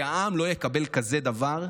כי העם לא יקבל כזה דבר.